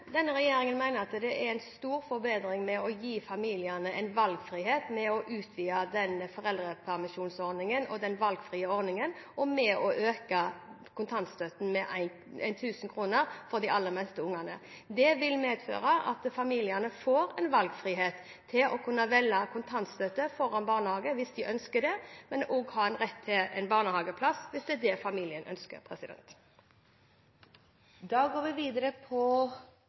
Denne regjeringen mener at det er en stor forbedring å gi familiene en valgfrihet ved å utvide foreldrepermisjonsordningen og den valgfrie ordningen og ved å øke kontantstøtten med 1 000 kr for de aller minste barna. Det vil medføre at familiene får valgfrihet – til å kunne velge kontantstøtte foran barnehage hvis de ønsker det, men også ha rett til barnehageplass hvis det er det familien ønsker. «Lærdal vart ramma av ein stor brannkatastrofe natt til 19. januar. Beredskapen for å sikra liv og helse vart sett på